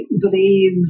believe